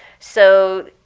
so